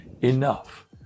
enough